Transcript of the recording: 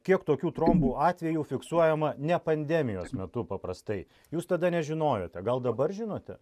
kiek tokių trombų atvejų fiksuojama ne pandemijos metu paprastai jūs tada nežinojote gal dabar žinote